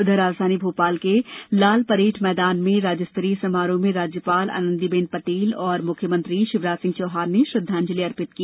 उधर राजधानी भोपाल के लालपरेड मैदान में राज्यस्तरीय समारोह में राज्यपाल आनंदीबेन पटेल और मुख्यमंत्री शिवराज सिंह चौहान ने श्रद्धांजलि अर्पित की